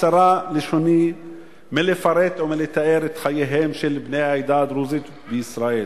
קצרה לשוני מלפרט ולתאר את חייהם של בני העדה הדרוזית בישראל.